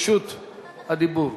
רשות הדיבור.